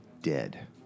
dead